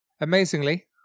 Amazingly